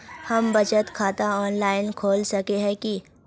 हम बचत खाता ऑनलाइन खोल सके है की?